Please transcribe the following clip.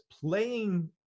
playing